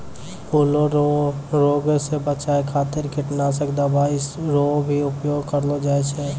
फूलो रो रोग से बचाय खातीर कीटनाशक दवाई रो भी उपयोग करलो जाय छै